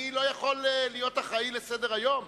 אני לא יכול להיות אחראי לסדר-היום.